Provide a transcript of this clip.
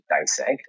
dissect